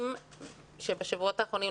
ערים שבשבועות האחרונים,